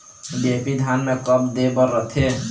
DAP धान मे कब दे बर रथे?